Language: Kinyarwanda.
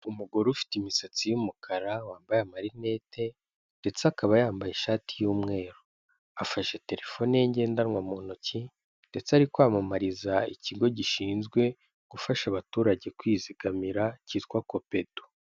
Umugore ufite imisatsi y'umukara, wambaye amarinete ndetse akaba yambaye ishati y'umweru, afashe telefone ye ngendanwa mu ntoki ndetse ari kwamamariza ikigo gishinzwe gufasha abaturage, kwizigamira cyitwa Kopetu.